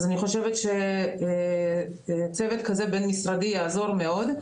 אז אני חושבת שצוות כזה בין משרדי יעזור מאוד.